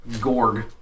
Gorg